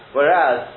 Whereas